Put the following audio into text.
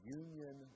union